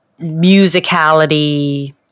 musicality